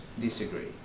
disagree